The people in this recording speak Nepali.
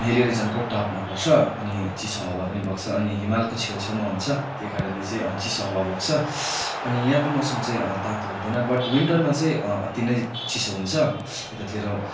हिल्ली रिजनको टपमा पर्छ अनि चिसो हावा पनि बग्छ अनि हिमालको छेउ छेउमा हुन्छ त्यही कारणले चाहिँ चिसो हावा बग्छ अनि यहाँको मौसम चै तातो हुँदैन बट विन्टरमा चाहिँ अति नै चिसो हुन्छ यतातिर